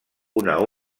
una